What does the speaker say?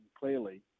clearly